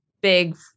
big